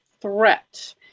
threat